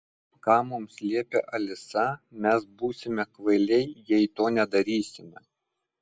ką mums liepia alisa mes būsime kvailiai jei to nedarysime